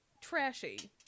trashy